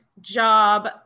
job